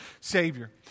Savior